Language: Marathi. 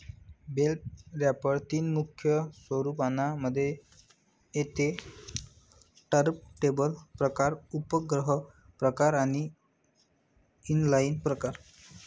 बेल रॅपर तीन मुख्य स्वरूपांना मध्ये येते टर्नटेबल प्रकार, उपग्रह प्रकार आणि इनलाईन प्रकार